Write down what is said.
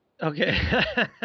Okay